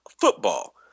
football